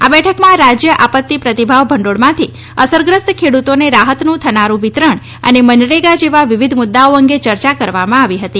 આ બેઠકમાં રાજ્ય આપત્તિ પ્રતિભાવ ભંડોળમાંથી અસરગ્રસ્ત ખેડૂતોને રાહતનું થનારૂ વિતરણ અને મનરેગા જેવા વિવિધ મુદ્દાઓ અંગે ચર્ચા કરવામાં આવી હતી